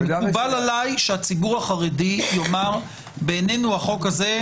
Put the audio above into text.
כי מקובל עליי שהציבור החרדי יאמר: בעינינו החוק הזה,